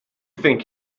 think